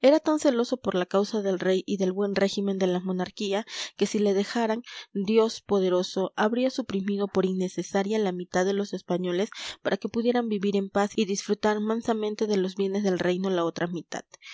era tan celoso por la causa del rey y del buen régimen de la monarquía que si le dejaran dios poderoso habría suprimido por innecesaria la mitad de los españoles para que pudiera vivir en paz y disfrutar mansamente de los bienes del reino la otra mitad